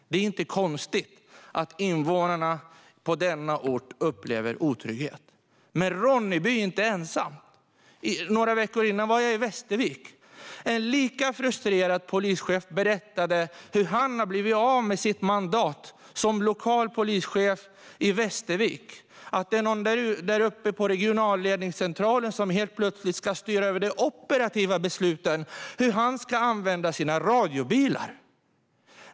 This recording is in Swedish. Det är inte konstigt att invånarna på denna ort upplever otrygghet. Ronneby är inte ensamt. Några veckor tidigare var jag i Västervik, där en lika frustrerad polischef berättade hur han har blivit av med sitt mandat som lokal polischef. Helt plötsligt är det någon där uppe på regionalledningscentralen som ska styra över de operativa besluten och hur han ska använda sina radiobilar.